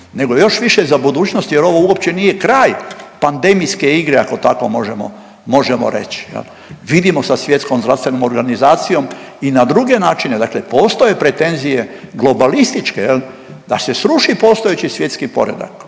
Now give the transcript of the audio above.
nego još više za budućnost jer ovo uopće nije kraj pandemijske igre ako tako možemo, možemo reći jel. Vidimo sa Svjetskom zdravstvenom organizacijom i na druge načine. Dakle postoje pretenzije globalističke, jel da se sruši postojeći svjetski poredak